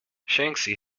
shanxi